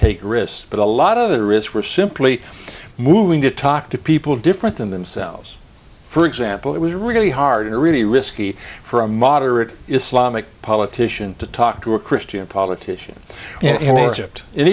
take risks but a lot of the risks were simply moving to talk to people different than themselves for example it was really hard and really risky for a moderate islamic politician to talk to a christian politician